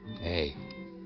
Hey